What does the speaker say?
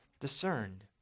discerned